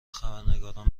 خبرنگاران